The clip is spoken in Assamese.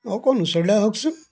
অকণ ওচৰলৈ আহকচোন